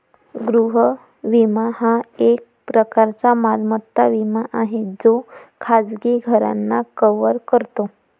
गृह विमा हा एक प्रकारचा मालमत्ता विमा आहे जो खाजगी घरांना कव्हर करतो